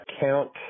count